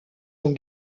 ont